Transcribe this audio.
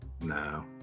No